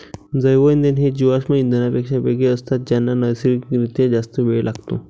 जैवइंधन हे जीवाश्म इंधनांपेक्षा वेगळे असतात ज्यांना नैसर्गिक रित्या जास्त वेळ लागतो